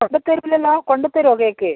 കൊണ്ടുവന്ന് തരുമല്ലോ അല്ലെ കൊണ്ടുവന്ന് തരുമോ കേക്ക്